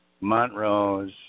Montrose